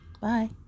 bye